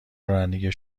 رانندگی